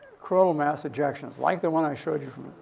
chronal mass ejections, like the one i showed you from, ah,